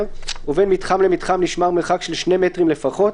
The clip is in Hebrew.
ובין מתחם למתחם נשמר מרחק של 2 מטרים לפחות,